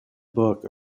book